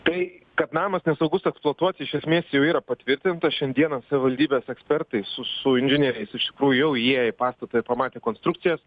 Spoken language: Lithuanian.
tai kad namas nesaugus eksploatuoti iš esmės jau yra patvirtinta šiandieną savivaldybės ekspertai su su inžinieriais iš tikrųjų jau įėję į pastatą jie pamatė konstrukcijas